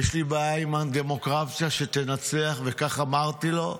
יש לי בעיה עם הדמוגרפיה שתנצח וכך אמרתי לו,